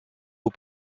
aux